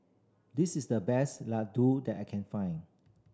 this is the best laddu that I can find